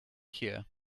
here